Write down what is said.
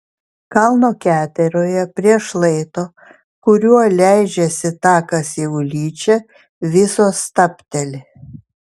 kalno keteroje prie šlaito kuriuo leidžiasi takas į ulyčią visos stabteli